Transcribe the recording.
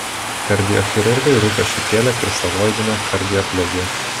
kardiochirurgui rūpesčių kėlė kristaloidinė kardioplegija